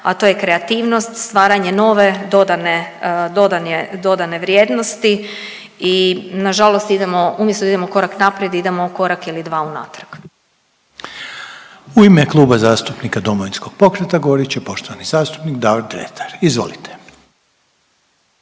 a to je kreativnost, stvaranje nove dodane, dodane vrijednosti i nažalost idemo, umjesto da idemo korak naprijed idemo korak ili dva unatrag. **Reiner, Željko (HDZ)** U ime Kluba zastupnika Domovinskog pokreta govorit će poštovani zastupnik Davor Dretar. Izvolite.